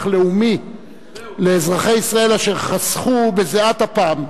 לאומי לאזרחי ישראל אשר חסכו בזיעת אפיהם,